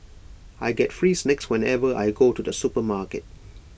I get free snacks whenever I go to the supermarket